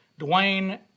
Dwayne